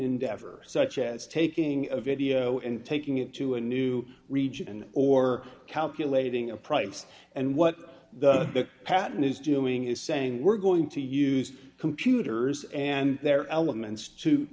endeavor such as taking a video and taking it to a new region or calculating a price and what the patent is doing is saying we're going to use computers and there are elements to